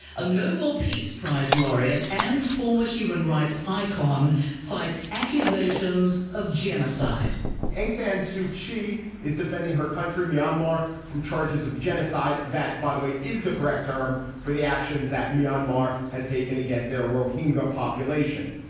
a nobel peace prize laureate and former human rights icon fights accusations of genocide in san suu kyi is defending her country, myanmar, from charges of genocide that, by the way, is the correct term for the actions that myanmar has taken against their rohingya population.